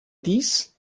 dies